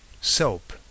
soap